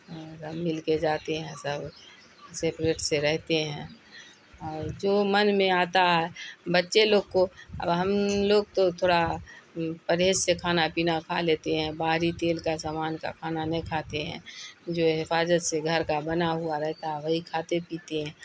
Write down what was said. سب مل کے جاتے ہیں سب سیپریٹ سے رہتے ہیں اور جو من میں آتا ہے بچے لوگ کو اب ہم لوگ تو تھوڑا پرہیز سے کھانا پینا کھا لیتے ہیں باہری تیل کا سامان کا کھانا نہیں کھاتے ہیں جو حفاجت سے گھر کا بنا ہوا رہتا ہے وہی کھاتے پیتے ہیں